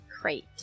crate